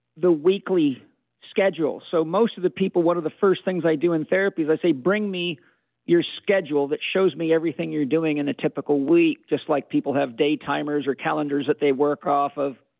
the weekly schedule. so most of the people, one of the first things do in therapy is i say, bring me your schedule that shows me everything you're doing in a typical week, just like people have day-timers or calendars that they work off of.